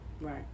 Right